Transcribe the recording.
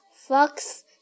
fox